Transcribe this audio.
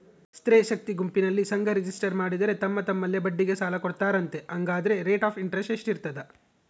ಸ್ತ್ರೇ ಶಕ್ತಿ ಗುಂಪಿನಲ್ಲಿ ಸಂಘ ರಿಜಿಸ್ಟರ್ ಮಾಡಿ ತಮ್ಮ ತಮ್ಮಲ್ಲೇ ಬಡ್ಡಿಗೆ ಸಾಲ ಕೊಡ್ತಾರಂತೆ, ಹಂಗಾದರೆ ರೇಟ್ ಆಫ್ ಇಂಟರೆಸ್ಟ್ ಎಷ್ಟಿರ್ತದ?